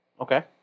Okay